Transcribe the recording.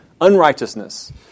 unrighteousness